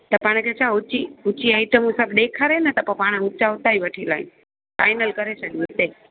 त पाण खे छा उच्ची उच्ची आइटमूं सभु ॾेखारे न त पोइ पाण उच्चा हुतां ई वठी लाहियूं फाइनल करे छॾियूं हुते